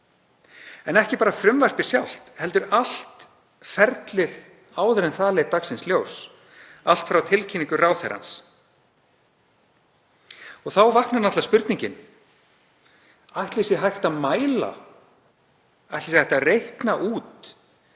ekki bara frumvarpið sjálft heldur allt ferlið áður en það leit dagsins ljós, allt frá tilkynningu ráðherrans. Þá vaknar spurningin: Ætli sé hægt að mæla, ætli sé hægt að reikna út,